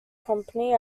company